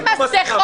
מחלקים מסכות,